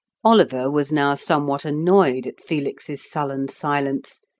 oliver was now somewhat annoyed at felix's sullen silence,